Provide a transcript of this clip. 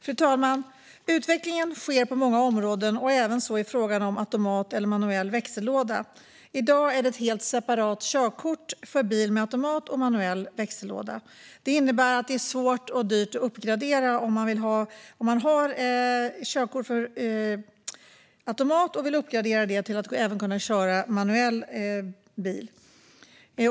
Fru talman! Utvecklingen sker på många områden, så även i fråga om automatisk eller manuell växellåda. I dag gäller helt separata körkort för bilar med automatisk respektive manuell växellåda, vilket innebär att det är svårt och dyrt att uppgradera ett körkort för automat så att man kan köra även manuell bil.